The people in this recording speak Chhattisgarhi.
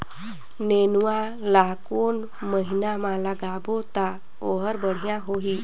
नेनुआ ला कोन महीना मा लगाबो ता ओहार बेडिया होही?